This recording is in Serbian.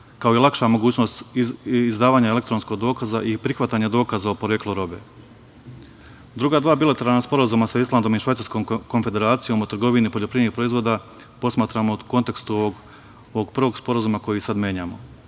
kao i lakša mogućnost izdavanja elektronskog dokaza i prihvatanja dokaza o poreklu robe. Druga dva bilateralna sporazuma sa Islandom i Švajcarskom konfederacijom o trgovini poljoprivrednih proizvoda posmatramo u kontekstu ovog prvog sporazuma koji sad menjamo.